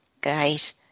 guys